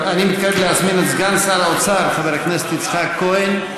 אני מתכבד להזמין את סגן שר האוצר חבר הכנסת יצחק כהן,